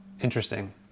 Interesting